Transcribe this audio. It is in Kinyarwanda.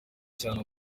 cyane